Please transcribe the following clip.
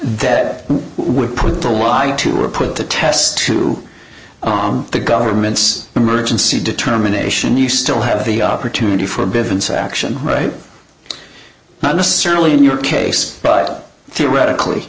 that would put the lie to or put the test to on the government's emergency determination you still have the opportunity for business action right necessarily in your case but theoretically